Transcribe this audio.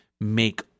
make